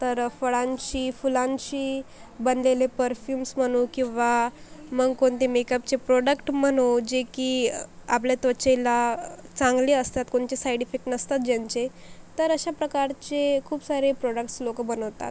तर फळांशी फुलांशी बनलेले परफ्युम्स म्हणू किंवा मग कोणते मेकअपचे प्रोडक्ट म्हणू जे की आपल्या त्वचेला चांगले असतात कोणचे साईड इफेक्ट नसतात ज्यांचे तर अशा प्रकारचे खूप सारे प्रोडक्ट्स लोकं बनवतात